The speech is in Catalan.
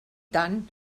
tant